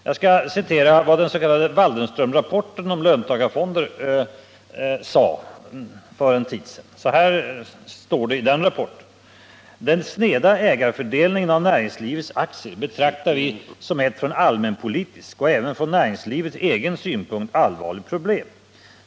Jag skall citera vad som sades i den s.k. Waldenströmrapporten, som framlades för en tid sedan: ”Den sneda ägarfördelningen av näringslivets aktier betraktar vi som ett från allmänpolitisk och även från näringslivets egen synpunkt allvarligt problem.